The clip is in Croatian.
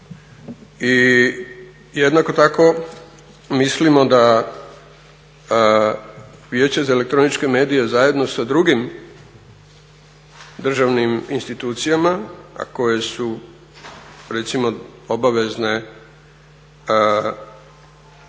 I jednako tako mislimo da Vijeće za elektroničke medije zajedno sa drugim državnim institucijama, a koje su recimo obavezne